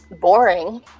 boring